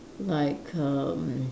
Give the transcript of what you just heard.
like erm